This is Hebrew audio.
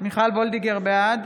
וולדיגר, בעד